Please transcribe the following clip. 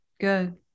good